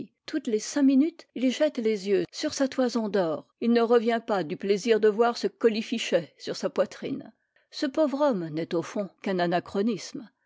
toutes les cinq minutes il jette les yeux sur sa toison d'or il ne revient pas du plaisir de voir ce colifichet sur sa poitrine ce pauvre homme n'est au fond qu'un anachronisme